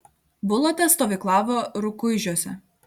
bulota stovyklavo rukuižiuose